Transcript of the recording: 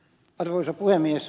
arvoisa puhemies